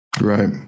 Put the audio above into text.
Right